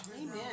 Amen